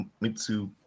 Mitsu